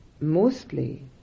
mostly